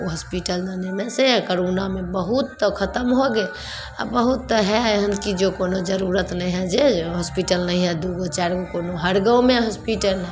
ओ hospital बनाने से कोरोनामे बहुत तऽ खतम हो गेल आ बहुत हइ एहन जे कोनो जरूरत नहि हइ जे हॉस्पिटल नहि हइ दुगो चारिगो कोनो हर गाँवमे हॉस्पिटल